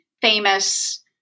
famous